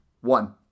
One